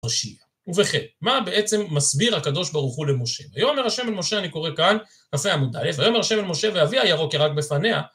ובכן, מה בעצם מסביר הקדוש ברוך הוא למשה? ויאמר ה' אל משה, אני קורא כאן, כ"ה עמוד א', ויאמר ה' אל משה, ואביה ירוק ירק בפניה